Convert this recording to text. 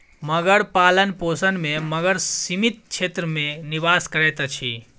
मगर पालनपोषण में मगर सीमित क्षेत्र में निवास करैत अछि